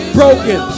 broken